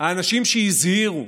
האנשים שהזהירו,